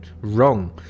wrong